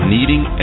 Needing